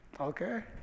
okay